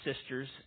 sisters